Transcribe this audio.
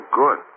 good